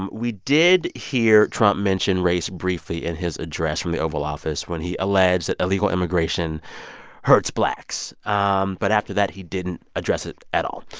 and we did hear trump mention race briefly in his address from the oval office, when he alleged that illegal immigration hurts blacks. um but after that, he didn't address it at all.